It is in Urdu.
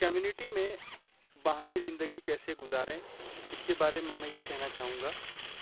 کمیونٹی میں باہمی زندگی کیسے گزاریں اس کے بارے میں میں یہ کہنا چاہوں گا